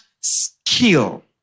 skill